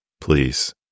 please